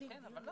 זה דיון מהיר.